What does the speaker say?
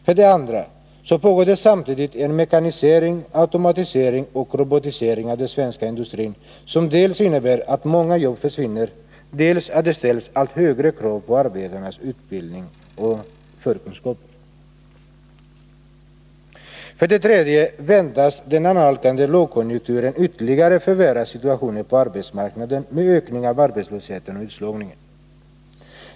För det andra pågår det samtidigt en mekanisering, automatisering och robotisering av den svenska industrin, som innebär dels att många jobb försvinner, dels att det ställs allt högre krav på arbetarnas utbildning och förkunskaper. För det tredje väntas den annalkande lågkonjunkturen ytterligare förvärra situationen på arbetsmarknaden med ökning av arbetslösheten och utslagningen.